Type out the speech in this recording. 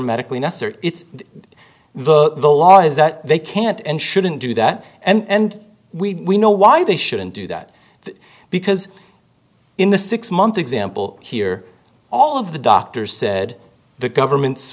medically necessary it's the law is that they can't and shouldn't do that and we know why they shouldn't do that because in the six month example here all of the doctors said the government's